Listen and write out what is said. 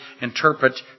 interpret